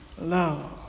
love